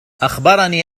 أخبرني